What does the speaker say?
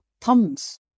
thumbs